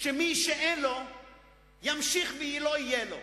שמי שאין לו ימשיך ולא יהיה לו,